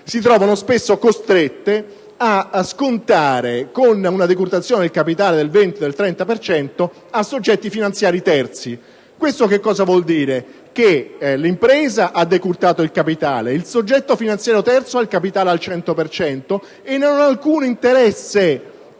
si trovano spesso costrette a scontare, con una decurtazione del capitale del 20‑30 per cento, a soggetti finanziari terzi. Questo vuol dire che l'impresa ha decurtato il capitale, il soggetto finanziario terzo ha il capitale al 100 per cento e non ha alcuna premura